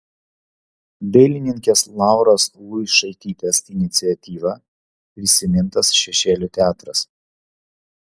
dailininkės lauros luišaitytės iniciatyva prisimintas šešėlių teatras